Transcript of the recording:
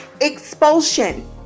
expulsion